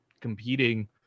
competing